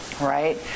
right